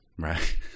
Right